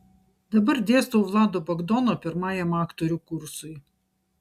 dabar dėstau vlado bagdono pirmajam aktorių kursui